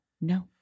No